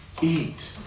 eat